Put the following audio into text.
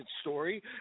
story